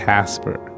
Casper